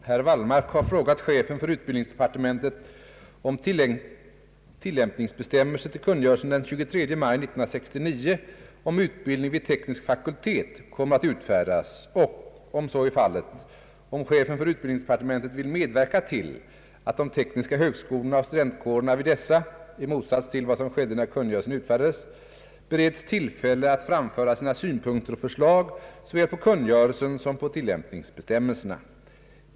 Herr Wallmark har frågat chefen för utbildningsdepartementet om tillämpningsbestämmelser till kungörelsen den 23 maj 1969 om utbildning vid teknisk fakultet kommer att utfärdas och, om så är fallet, om chefen för utbildningsdepartementet vill medverka till att de tekniska högskolorna och studentkårerna vid dessa — i motsats till vad som skedde när kungörelsen utfärdades — bereds tillfälle att framföra sina synpunkter och förslag såväl på kungörelsen som på tillämpningsbestämmelserna.